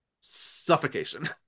Suffocation